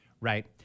Right